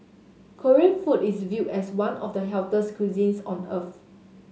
Korean food is viewed as one of the healthiest cuisines on earth